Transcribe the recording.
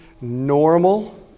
normal